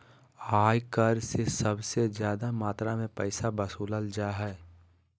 आय कर से सबसे ज्यादा मात्रा में पैसा वसूलल जा हइ